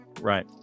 Right